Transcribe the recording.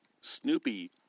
Snoopy